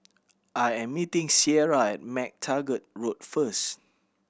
I am meeting Cierra at MacTaggart Road first